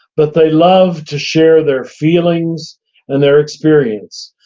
but they love to share their feelings and their experience.